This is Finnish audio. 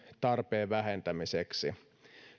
tarpeen vähentämiseksi